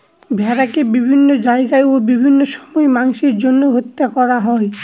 ভেড়াকে বিভিন্ন জায়গায় ও বিভিন্ন সময় মাংসের জন্য হত্যা করা হয়